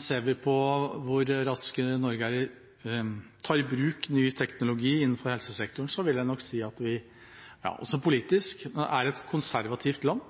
ser vi på hvor rask Norge er til å ta i bruk ny teknologi innenfor helsesektoren, vil jeg nok si at vi også politisk er et konservativt land.